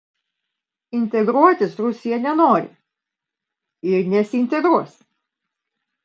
integruotis rusija nenori ir nesiintegruos